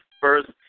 first